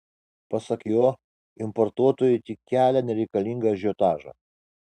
pasak jo importuotojai tik kelia nereikalingą ažiotažą